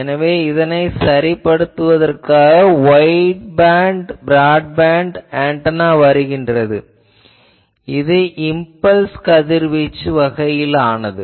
எனவே இதைச் சரிபடுத்துவதற்காக வைட்பேண்ட் பிராட்பேண்ட் ஆன்டெனா வருகிறது அது இம்பல்ஸ் கதிர்வீச்சு வகையிலானது